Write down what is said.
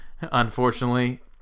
unfortunately